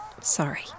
Sorry